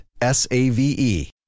S-A-V-E